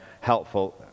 helpful